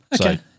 Okay